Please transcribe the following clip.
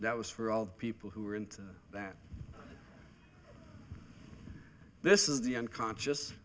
that was for all people who are into that this is the unconscious